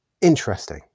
Interesting